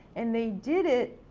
and, they did it,